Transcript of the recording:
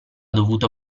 dovuto